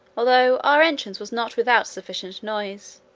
although our entrance was not without sufficient noise,